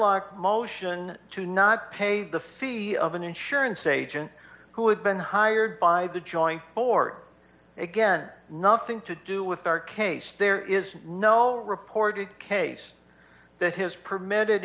k motion to not pay the fee of an insurance agent who had been hired by the joint or again nothing to do with our case there is no reported case that has permitted